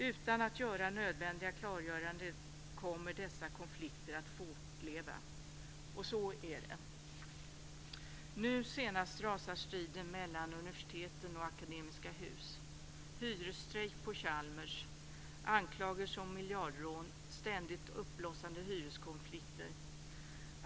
Utan att göra nödvändiga klargöranden kommer dessa konflikter att fortleva." Så är det också. Nu senast är det konflikten mellan universiteten och Akademiska Hus. Det är hyresstrejk på Chalmers, anklagelser om miljardrån och ständigt uppblossande hyreskonflikter.